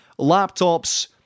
laptops